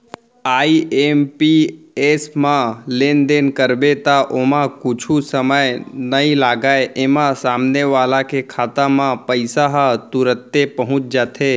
IMPS म लेनदेन करबे त ओमा कुछु समय नइ लागय, एमा सामने वाला के खाता म पइसा ह तुरते पहुंच जाथे